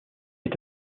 est